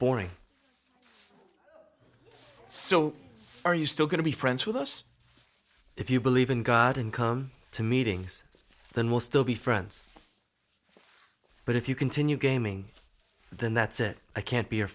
boring so are you still going to be friends with us if you believe in god and come to meetings the most they'll be friends but if you continue gaming then that's it i can't be your